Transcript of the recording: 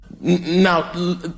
Now